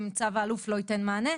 אם צו האילוף לא ייתן מענה,